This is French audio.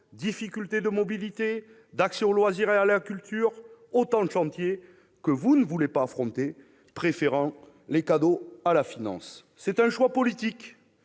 difficulté de mobilité, d'accès aux loisirs et à la culture, autant de chantiers que vous ne voulez pas affronter, préférant faire des cadeaux à la finance. C'est un choix politique